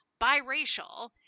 biracial